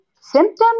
symptoms